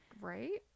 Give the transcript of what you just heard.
right